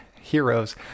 heroes